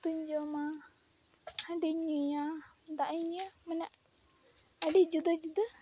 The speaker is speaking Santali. ᱩᱛᱩᱧ ᱡᱚᱢᱟ ᱦᱟᱺᱰᱤᱧ ᱧᱩᱭᱟ ᱫᱟᱜ ᱤᱧ ᱧᱩᱭᱟ ᱢᱟᱱᱮ ᱟᱹᱰᱤ ᱡᱩᱫᱟᱹᱼᱡᱩᱫᱟᱹ